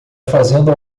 fazendo